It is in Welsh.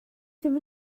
ddim